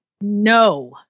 no